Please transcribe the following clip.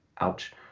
ouch